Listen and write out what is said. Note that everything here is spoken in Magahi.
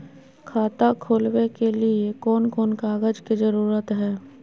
खाता खोलवे के लिए कौन कौन कागज के जरूरत है?